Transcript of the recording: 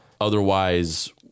otherwise